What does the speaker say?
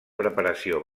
preparació